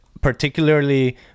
particularly